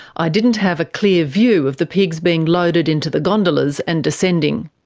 i didn't have a clear view of the pigs being loaded into the gondolas and descending.